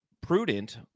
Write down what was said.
prudent